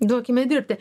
duokime dirbti